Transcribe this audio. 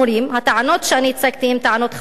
הטענות שהצגתי הן חמורות.